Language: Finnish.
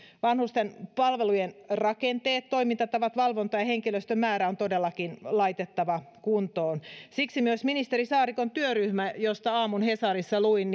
vanhusten palvelujen rakenteet toimintatavat valvonta ja henkilöstön määrä on todellakin laitettava kuntoon siksi on tärkeää että myös ministeri saarikon työryhmä josta aamun hesarista luin